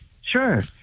Sure